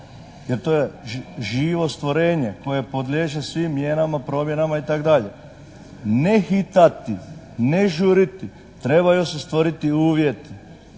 jer to je živo stvorenje koje podliježe svim mjerama, promjenama itd. Ne hitati, ne žuriti, trebaju se stvoriti uvjeti,